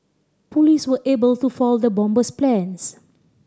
police were able to foil the bomber's plans